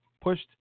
pushed